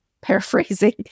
paraphrasing